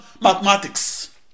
mathematics